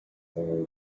very